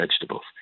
vegetables